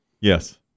Yes